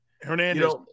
Hernandez